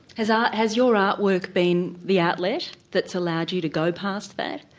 has um has your artwork been the outlet that's allowed you to go past that?